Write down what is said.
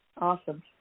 Awesome